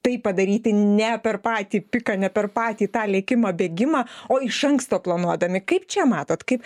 tai padaryti ne per patį piką ne per patį tą lėkimą bėgimą o iš anksto planuodami kaip čia matot kaip